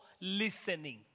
listening